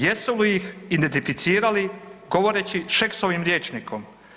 Jesu li ih identificirali govoreći Šeksovim rječnikom?